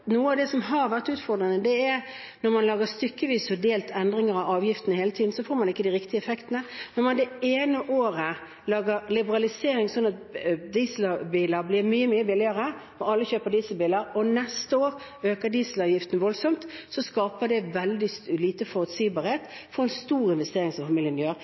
noe av det som har vært utfordrende, er at når man stykkevis og delt lager endringer i avgiftene hele tiden, så får man ikke de riktige effektene. Når man det ene året liberaliserer, sånn at dieselbiler blir mye billigere og alle kjøper dieselbiler, og neste år øker dieselavgiften voldsomt, så skaper det veldig lite forutsigbarhet for en stor investering som familien gjør.